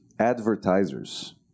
Advertisers